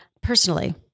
personally